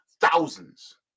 thousands